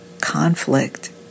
conflict